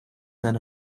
than